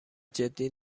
جدی